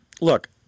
look